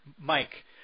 Mike